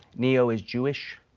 neo is jewish?